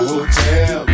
Hotel